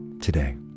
today